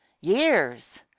years